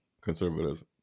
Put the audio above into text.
conservatives